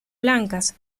blancas